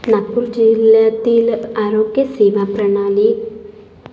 नागपूर जिल्ह्यातील आरोग्यसेवा प्रणाली